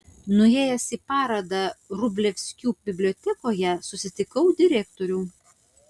nuėjęs į parodą vrublevskių bibliotekoje susitikau direktorių